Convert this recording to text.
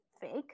fake